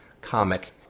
comic